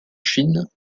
chine